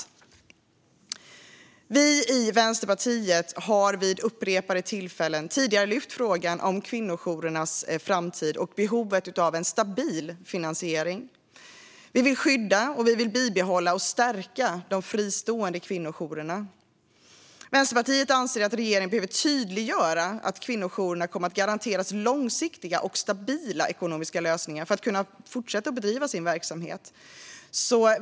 Vi i Vänsterpartiet har vid upprepade tillfällen tidigare lyft fram frågan om kvinnojourernas framtid och behovet av en stabil finansiering. Vi vill skydda, bibehålla och stärka de fristående kvinnojourerna. Vänsterpartiet anser att regeringen behöver tydliggöra att kvinnojourerna kommer att garanteras långsiktiga och stabila ekonomiska lösningar för att kunna fortsätta bedriva sin verksamhet.